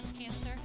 Cancer